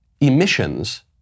emissions